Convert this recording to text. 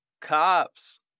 Cops